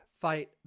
fight